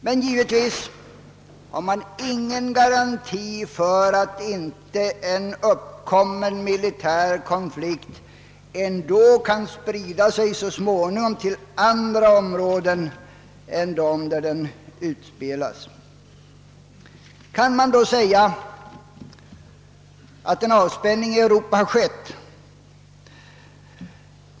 Men givetvis har man ingen garanti för att inte en uppkommen militär konflikt ändå så småningom kan sprida sig till andra områden än de där den började utspelas. Kan man då säga att en avspänning i Europa har skett?